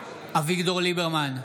ליברמן,